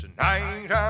Tonight